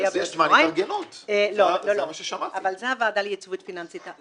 זה לגבי הוועדה ליציבות פיננסית.